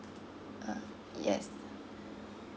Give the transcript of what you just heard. uh yes